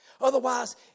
Otherwise